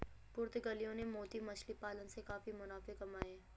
पुर्तगालियों ने मोती मछली पालन से काफी मुनाफे कमाए